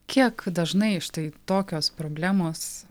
kiek dažnai štai tokios problemos